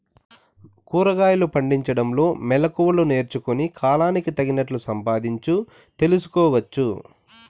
కూరగాయలు పండించడంలో మెళకువలు నేర్చుకుని, కాలానికి తగినట్లు సంపాదించు తెలుసుకోవచ్చు